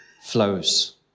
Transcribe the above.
flows